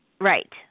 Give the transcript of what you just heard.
Right